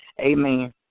Amen